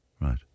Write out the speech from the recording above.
Right